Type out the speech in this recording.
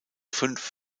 fünf